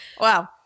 Wow